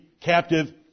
captive